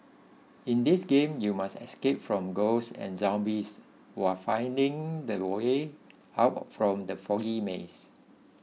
in this game you must escape from ghosts and zombies while finding the way out from the foggy maze